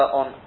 on